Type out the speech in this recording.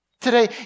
Today